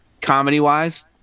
comedy-wise